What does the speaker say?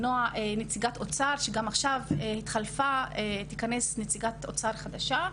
נציגת אוצר שגם התחלפה עכשיו ותיכנס נציגת אוצר חדשה.